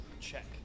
check